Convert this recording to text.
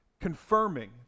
confirming